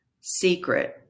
secret